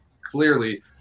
Clearly